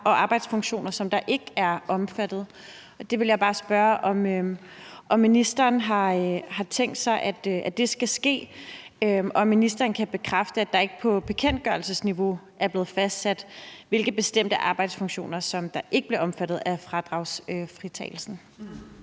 og arbejdsfunktioner der ikke er omfattet. Det vil jeg bare spørge om ministeren har tænkt sig skal ske, og om ministeren kan bekræfte, at det ikke på bekendtgørelsesniveau er blevet fastsat, hvilke bestemte arbejdsfunktioner der ikke bliver omfattet af fradragsfritagelsen.